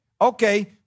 Okay